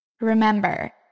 Remember